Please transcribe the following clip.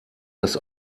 das